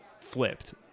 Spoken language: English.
flipped